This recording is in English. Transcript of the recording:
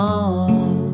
on